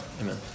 Amen